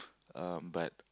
uh but